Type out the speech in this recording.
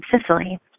Sicily